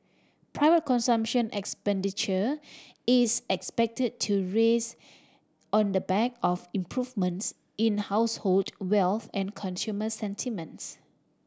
private consumption expenditure is expected to rise on the back of improvements in household wealth and consumer sentiments